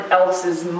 else's